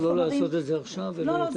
לא לעשות את זה עכשיו אלא יותר מאוחר?